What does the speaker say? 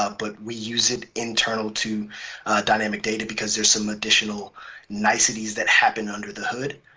ah but we use it internal to dynamic data because there's some additional niceties that happen under the.